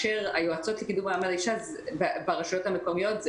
היועצות לקידום מעמד האישה ברשויות המקומיות זה